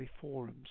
forums